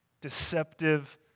deceptive